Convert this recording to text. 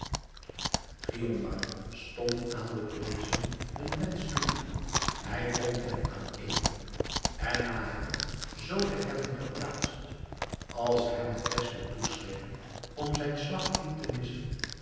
giondar stond aan de prinsen hunnen wensch toe hij bond hen aaneen en na hen zoo te hebben geplaatst als hem het best toescheen om zijn slag niet te missen